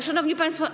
Szanowni Państwo!